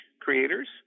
creators